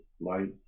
light